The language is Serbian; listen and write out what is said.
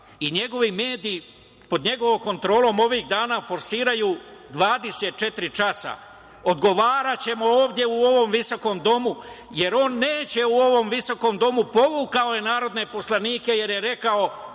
i njegovi mediji pod njegovom kontrolom ovih dana forsiraju 24 časa odgovaraćemo ovde u ovom visokom domu, jer on neće u ovom visokom domu, povukao je narodne poslanike, jer je rekao